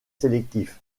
sélectif